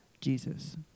Jesus